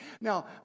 Now